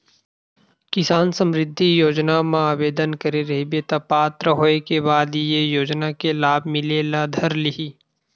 किसान समरिद्धि योजना म आबेदन करे रहिबे त पात्र होए के बाद ए योजना के लाभ मिले ल धर लिही